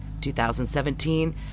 2017